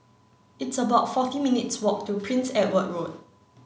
it's about forty minutes' walk to Prince Edward Road